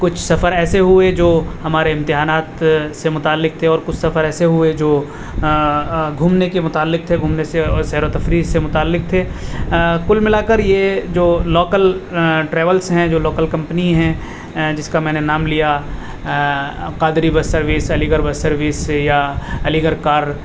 کچھ سفر ایسے ہوئے جو ہمارے امتحانات سے متعلق تھے اور کچھ سفر ایسے ہوئے جو گھومنے کے متعلق تھے گھومنے سے اور سیر و تفریح سے متعلق تھے کل ملا کر یہ جو لوکل ٹریولس ہیں جو لوکل کمپنی ہیں جس کا میں نے نام لیا Qadri bus service Aligarh bus service یا علی گڑھ کار